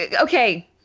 okay